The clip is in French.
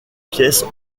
pièces